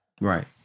Right